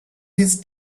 his